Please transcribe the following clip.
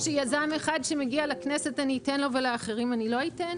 ליזם אחד שמגיע לכנסת אני אתן ולאחרים אני לא אתן?